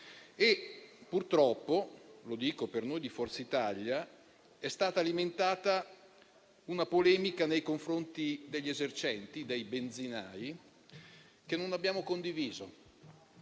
e purtroppo - lo dico per noi di Forza Italia - è stata alimentata una polemica nei confronti degli esercenti dei benzinai che non abbiamo condiviso.